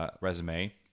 resume